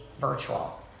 virtual